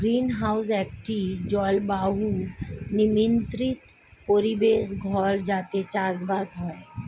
greenhouse একটি জলবায়ু নিয়ন্ত্রিত পরিবেশ ঘর যাতে চাষবাস হয়